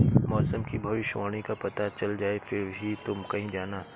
मौसम की भविष्यवाणी का पता चल जाए फिर ही तुम कहीं जाना